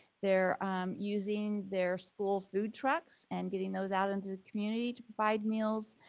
they're using their school food trucks and getting those out into the community to provide meals.